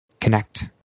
connect